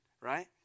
right